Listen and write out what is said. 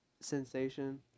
sensation